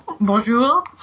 bonjour